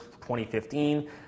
2015